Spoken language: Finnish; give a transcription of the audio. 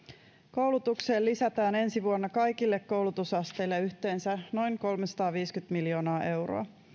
koulutukseen lisätään ensi vuonna kaikille koulutusasteille yhteensä noin kolmesataaviisikymmentä miljoonaa euroa